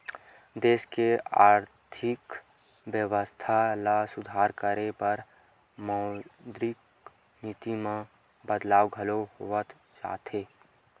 देस के आरथिक बेवस्था ल सुधार करे बर मौद्रिक नीति म बदलाव घलो होवत जाथे